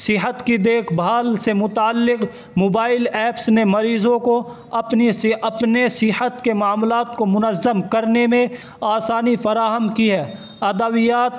صحت کی دیکھ بھال سے متعلق موبائل ایپس نے مریضوں کو اپنے اپنے صحت کے معاملات کو منظم کرنے میں آسانی فراہم کی ہے ادویات